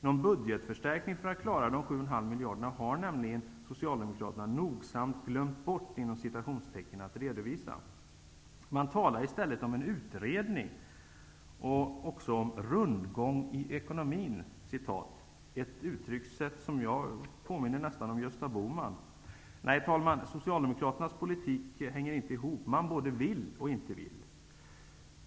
Någon budgetförstärkning för att klara de 7,5 miljarderna har nämligen Socialdemokraterna nogsamt ''glömt bort'' att redovisa. De talar i stället om en utredning och om ''rundgång i ekonomin'', ett uttryckssätt som nästan påminner om Gösta Bohman. Herr talman! Nej, Socialdemokraternas politik hänger inte ihop. De både vill och inte vill.